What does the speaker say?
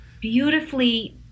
beautifully